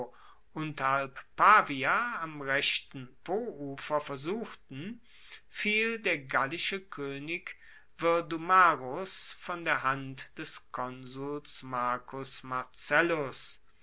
unterhalb pavia am rechten poufer versuchten fiel der gallische koenig virdumarus von der hand des konsuls marcus marcellus